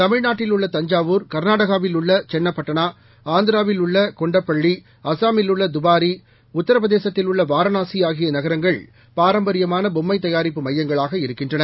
தமிழ்நாட்டில்உள்ளதஞ்சாவூர் கர்நாடகாவில்உள்ளசென்னப்பட்டனா ஆந்திராவில்உள்ளகொண்டப்பள்ளி அசாமில்உள்ளதுபாரி உத்தரப்பிரதேசத்தில்உள்ளவாரணாசிஆகியநகரங்கள் பார்ம்பரியமான்பொம்மைதயாரிப்புமையங்களாகஇருக்கி ன்றன